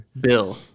Bill